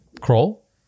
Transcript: crawl